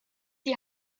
die